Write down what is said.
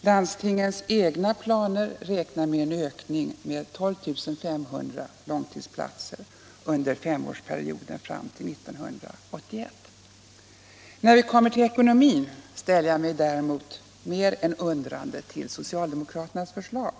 Landstingens egna planer räknar med en ökning på 12 500 långtidsplatser under femårsperioden fram till år 1981. När vi kommer till ekonomin ställer jag mig mer undrande till socialdemokraternas förslag.